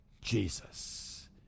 Jesus